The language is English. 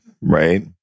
right